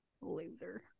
loser